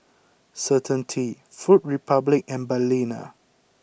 Certainty Food Republic and Balina